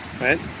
Right